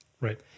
right